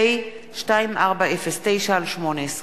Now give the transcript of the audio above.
פ/2409/18.